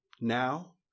now